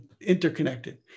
interconnected